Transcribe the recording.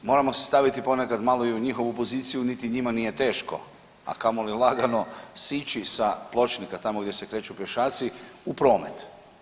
Moramo se staviti ponekad i u njihovu poziciju, niti njima nije teško, a kamoli lagano sići sa pločnika tamo gdje se kreću pješaci u promet.